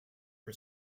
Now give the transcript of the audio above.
for